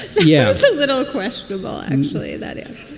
yeah. it's a little questionable, actually, that. yeah